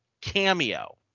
cameo